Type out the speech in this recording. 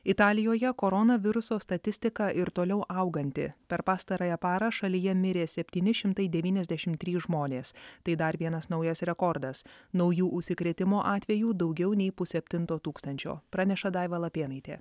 italijoje koronaviruso statistika ir toliau auganti per pastarąją parą šalyje mirė septyni šimtai devyniasdešimt trys žmonės tai dar vienas naujas rekordas naujų užsikrėtimo atvejų daugiau nei pusseptinto tūkstančio praneša daiva lapėnaitė